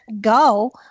go